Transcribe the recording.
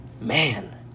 man